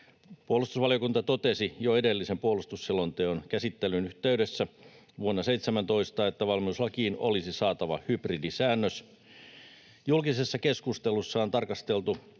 Puolustusvaliokunta totesi jo edellisen puolustusselonteon käsittelyn yhteydessä vuonna 17, että valmiuslakiin olisi saatava hybridisäännös. Julkisessa keskustelussa on tarkasteltu